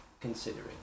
considering